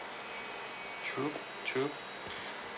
true true